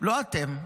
לא אתם.